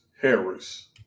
Harris